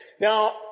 Now